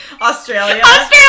Australia